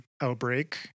outbreak